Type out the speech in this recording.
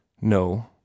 No